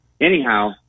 Anyhow